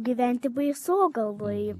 gyventi baisogaloj